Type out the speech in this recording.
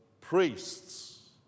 priests